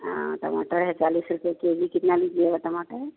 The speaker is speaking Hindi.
हाँ टमाटर है चालीस रुपये के जी कितना लीजिएगा टमाटर